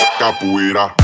capoeira